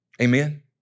Amen